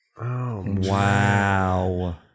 wow